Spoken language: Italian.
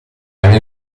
are